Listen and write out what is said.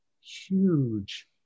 huge